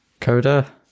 coda